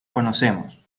conocemos